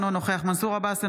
אינו נוכח מנסור עבאס,